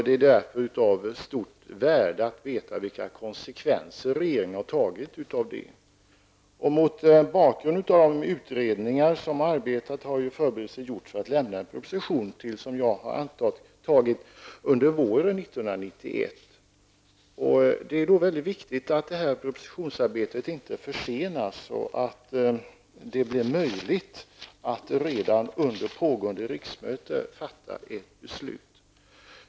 Det är därför av stort värde att veta vilka konsekvenser regeringen har tagit av detta. Mot bakgrund av utredningar som har arbetat har -- antar jag -- en proposition förberetts för att lämnas under våren 1991. Det är viktigt att propositionsarbetet inte försenas och att det blir möjligt att redan under pågående riksmöte fatta ett beslut.